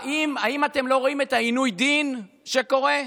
האם אתם לא רואים את עינוי הדין שקורה?